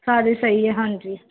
ਸਾਰੇ ਸਹੀ ਹੈ ਹਾਂਜੀ